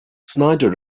snyder